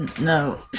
no